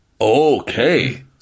Okay